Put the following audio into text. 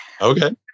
Okay